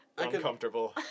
Uncomfortable